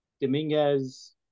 Dominguez